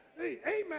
amen